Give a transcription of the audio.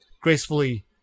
gracefully